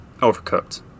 Overcooked